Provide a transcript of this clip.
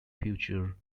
future